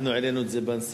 אנחנו העלינו את זה בנשיאות.